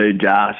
Josh